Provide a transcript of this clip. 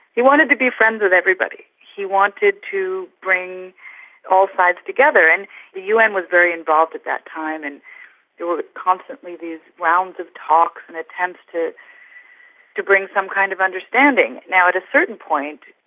he wanted to be friends with everybody. he wanted to bring all sides together, and the un was very involved at that time and there would constantly be these rounds of talks and attempts to to bring some kind of understanding. now at a certain point,